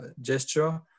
gesture